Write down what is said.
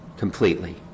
Completely